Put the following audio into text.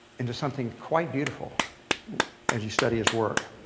into something quite beautiful as you study his work.